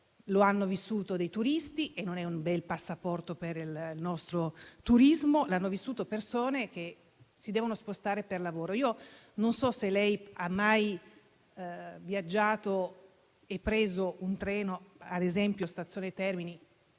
Lo hanno vissuto dei turisti, il che non è un bel passaporto per il nostro turismo, e lo hanno vissuto le persone che si devono spostare per lavoro. Non so se lei abbia mai viaggiato e preso un treno, ad esempio, dalla stazione Termini